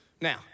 Now